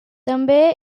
també